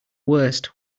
worst